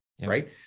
right